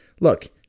Look